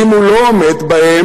ואם הוא לא עומד בהן,